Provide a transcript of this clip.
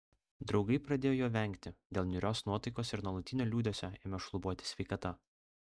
draugai pradėjo jo vengti dėl niūrios nuotaikos ir nuolatinio liūdesio ėmė šlubuoti sveikata